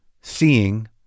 seeing